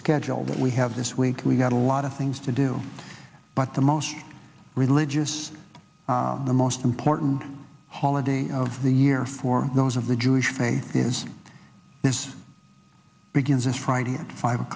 schedule that we have this week we've got a lot of things to do but the most religious the most important holiday of the year for those of the jewish faith is this begins this friday at five